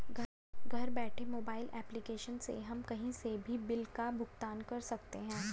घर बैठे mobile application से हम कही से भी बिल का भुगतान कर सकते है